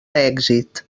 èxit